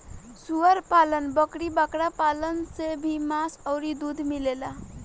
सूअर पालन, बकरी बकरा पालन से भी मांस अउरी दूध मिलेला